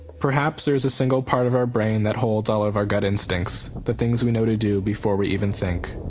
perhaps there is a single part of our brain that holds all ah of our gut instincts, the things we know to do before we even think.